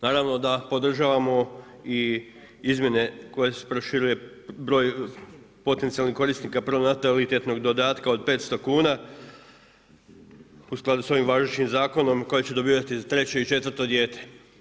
Naravno da podržavamo i izmjene koje proširuje broj potencijalni korisnika pronatalitetnog dodatka od 500 kuna u skladu s ovim važećim zakonom koje će dobivati za treće i četvrto dijete.